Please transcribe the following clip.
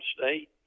State